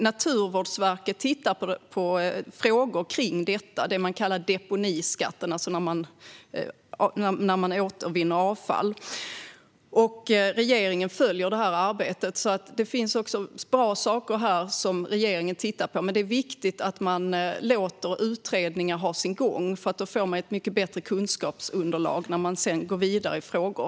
Naturvårdsverket tittar på frågor kring detta, alltså som det som man kallar för deponiskatten som rör återvinning av avfall. Regeringen följer det här arbetet. Det finns alltså bra saker här som regeringen tittar på. Men det är viktigt att man låter utredningar ha sin gång, för då får man ett mycket bättre kunskapsunderlag när man sedan går vidare i frågor.